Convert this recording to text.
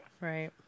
Right